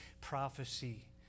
prophecy